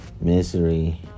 misery